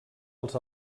als